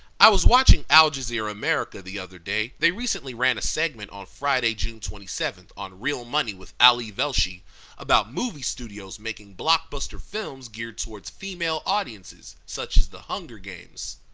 i was watching al jazeera america the other day they recently ran a segment on friday, june twenty seven on real money with ali velshi about movie studios making blockbuster films geared towards female audiences, such as the hunger games.